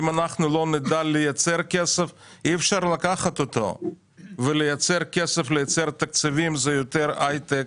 לייצר כסף ולייצר תקציבים זה יותר הייטק,